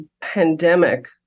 Pandemic